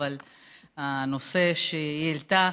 אבל הנושא שהיא העלתה,